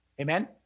Amen